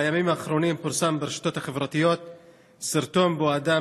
בימים האחרונים פורסם ברשתות החברתיות סרטון ובו אדם